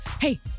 hey